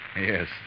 Yes